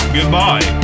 Goodbye